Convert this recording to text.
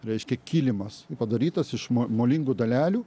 reiškia kilimas padarytas iš mo molingų dalelių